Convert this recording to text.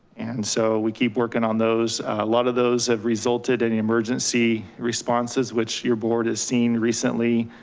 and so we keep working on those. a lot of those have resulted and in emergency responses, which your board has seen recently,